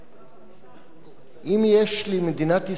אם יש למדינת ישראל שני עמודים,